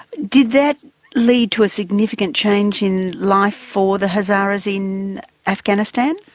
did that lead to a significant change in life for the hazaras in afghanistan?